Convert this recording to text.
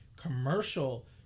commercial